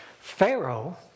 Pharaoh